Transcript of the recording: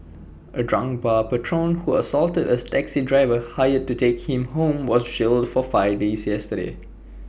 A drunk bar patron who assaulted A taxi driver hired to take him home was jailed for five days yesterday